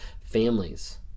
families